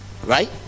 right